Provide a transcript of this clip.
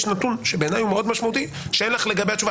יש נתון שבעיניי הוא מאוד משמעותי שאין לך לגביה השאלה תשובה.